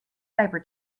diaper